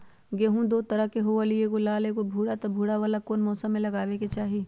गेंहू दो तरह के होअ ली एगो लाल एगो भूरा त भूरा वाला कौन मौसम मे लगाबे के चाहि?